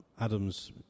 Adam's